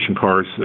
cars